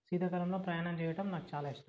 శీతాకాలంలో ప్రయాణం చేయడం నాకు చాలా ఇష్టం